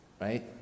right